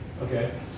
okay